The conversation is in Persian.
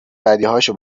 بدیهاشو